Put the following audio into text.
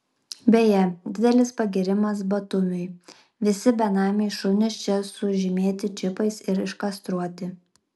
beje didelis pagyrimas batumiui visi benamiai šunys čia sužymėti čipais ir iškastruoti